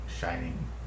shining